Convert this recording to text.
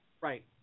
Right